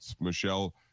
Michelle